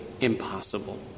impossible